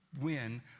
win